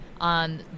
on